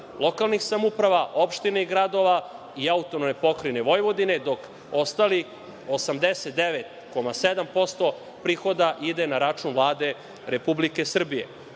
lokalnih samouprava, opština i gradova i AP Vojvodine, dok ostalih 89,7% prihoda ide na račun Vlade Republike Srbije.